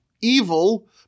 evil